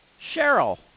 Cheryl